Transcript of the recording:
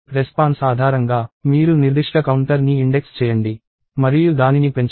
response ఆధారంగా మీరు నిర్దిష్ట కౌంటర్ని ఇండెక్స్ చేయండి మరియు దానిని పెంచండి